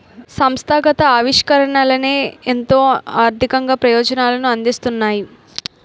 సంస్థాగత ఆవిష్కరణలే ఎంతో ఆర్థిక ప్రయోజనాలను అందిస్తున్నాయి